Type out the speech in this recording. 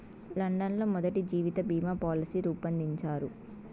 London లో మొదటి జీవిత బీమా పాలసీ రూపొందించారు